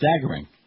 staggering